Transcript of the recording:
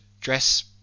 dress